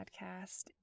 Podcast